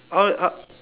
all uh